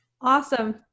Awesome